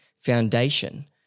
foundation